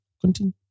continue